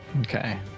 Okay